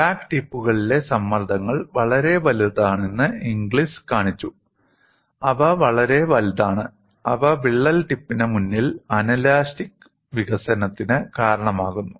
crack ടിപ്പുകളിലെ സമ്മർദ്ദങ്ങൾ വളരെ വലുതാണെന്ന് ഇംഗ്ലിസ് കാണിച്ചു അവ വളരെ വലുതാണ് അവ വിള്ളൽ ടിപ്പിന് മുന്നിൽ അനലാസ്റ്റിക് വികലത്തിന് കാരണമാകുന്നു